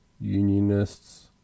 Unionists